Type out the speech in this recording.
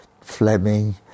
Fleming